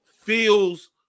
feels